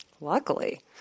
Luckily